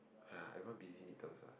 [huh] everyone busy mid terms lah